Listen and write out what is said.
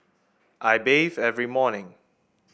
I bathe every morning